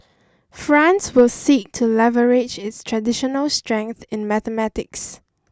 France will seek to leverage its traditional strength in mathematics